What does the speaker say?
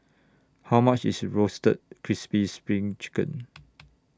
How much IS Roasted Crispy SPRING Chicken